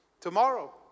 Tomorrow